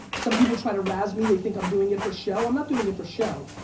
some people try to razz me, they think i'm doing it for show. i'm not doing it for show.